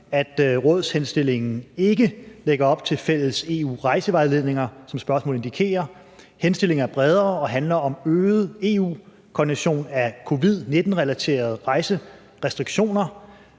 at rådshenstillingen ikke lægger op til fælles EU-rejsevejledninger, som spørgsmålet indikerer. Henstillingen er bredere og handler om øget EU-koordination af covid-19-relaterede rejserestriktioner.